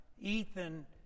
ethan